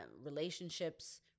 relationships